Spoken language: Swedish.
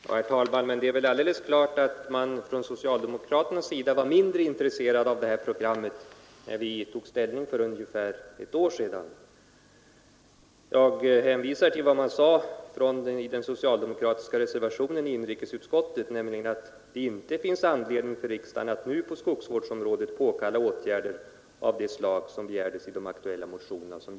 Herr talman! Det är väl alldeles klart att socialdemokraterna var mindre intresserade av det här programmet, när vi tog ställning för ungefär ett år sedan. Jag hänvisar till vad som anfördes i den socialdemokratiska reservationen till inrikesutskottets betänkande, nämligen att det då inte fanns anledning att på skogsvårdsområdet påkalla åtgärder av det slag som begärdes i de aktuella motionerna.